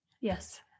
Yes